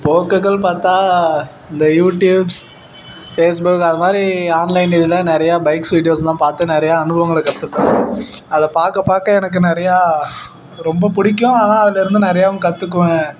போக்குகள் பார்த்தா இந்த யூடியூப்ஸ் ஃபேஸ்புக் அது மாதிரி ஆன்லைன் இதுலாம் நிறையா பைக்ஸ் வீடியோஸுலாம் பார்த்து நிறையா அனுபவங்களை கத்துப்பேன் அதை பார்க்க பார்க்க எனக்கு நிறையா ரொம்பப் பிடிக்கும் ஆனால் அதுலேருந்தும் நிறையாவும் கற்றுக்குவேன்